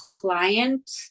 client